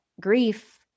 grief